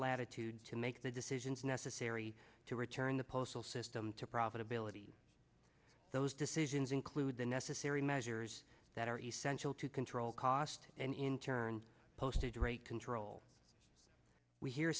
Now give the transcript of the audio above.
latitude to make the decisions necessary to return the system to profitability those decisions include the necessary measures that are essential to control cost and in turn postage rate control we hear